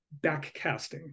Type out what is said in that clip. backcasting